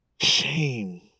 Shame